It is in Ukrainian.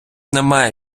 немає